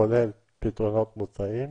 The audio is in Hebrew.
כולל פתרונות מוצעים.